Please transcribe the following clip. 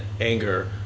anger